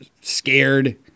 scared